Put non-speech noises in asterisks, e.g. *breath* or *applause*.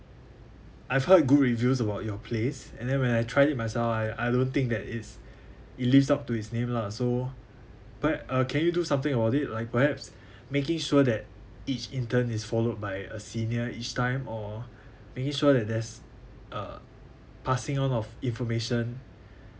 I've heard good reviews about your place and then when I tried it myself I I don't think that is it lived up to its name lah so by uh can you do something about it like perhaps *breath* making sure that each intern is followed by a senior each time or make it sure that there's uh passing on of information